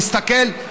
להסתכל.